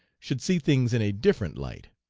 should see things in a different light.